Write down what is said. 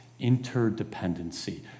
interdependency